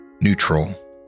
neutral